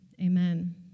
Amen